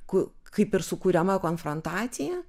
ku kaip ir sukuriama konfrontacija